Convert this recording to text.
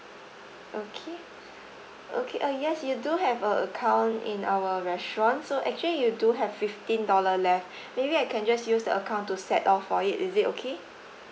okay okay uh yes you do have a account in our restaurant so actually you do have fifteen dollar left maybe I can just use the account to set off for it is it okay